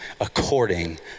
according